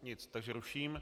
Nic, takže ruším.